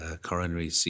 coronary